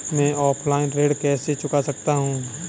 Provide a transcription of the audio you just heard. मैं ऑफलाइन ऋण कैसे चुका सकता हूँ?